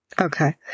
Okay